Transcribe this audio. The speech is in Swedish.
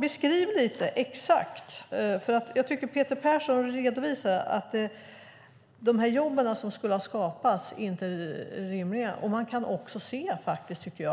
Beskriv därför detta exakt. Jag tycker att Peter Persson redovisade att de jobb som skulle ha skapats inte är rimliga. Man kan faktiskt också se